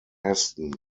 heston